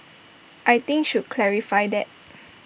I think should clarify that